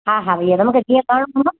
हा हा भैया त मूंखे कीअं करिणो पवंदो